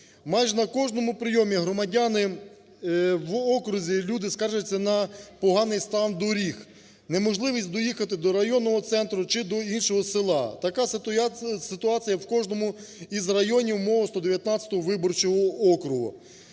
Майже на кожному прийомі громадяни в окрузі, люди скаржаться на поганий стан доріг, неможливість доїхати до районного центру чи до іншого села. Така ситуація в кожному із районів мого 119-го виборчого округу.